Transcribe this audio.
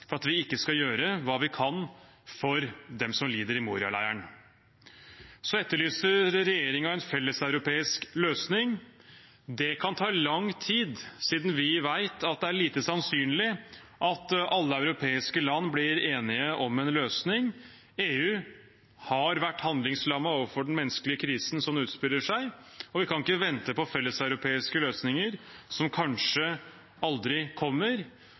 for at vi ikke skal gjøre det vi kan for dem som lider i Moria-leiren. Regjeringen etterlyser en felleseuropeisk løsning. Det kan ta lang tid siden vi vet at det er lite sannsynlig at alle europeiske land blir enige om en løsning. EU har vært handlingslammet overfor den menneskelige krisen som utspiller seg, og vi kan ikke vente på felleseuropeiske løsninger som kanskje aldri kommer.